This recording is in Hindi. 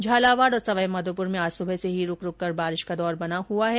झालावाड और सवाईमाघोपुर में आज सुबह से ही रूक रूक कर बारिश का दौर बना हुआ है